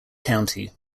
county